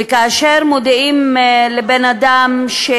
וכאשר מודיעים לבן-אדם שהוא